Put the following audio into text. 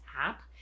app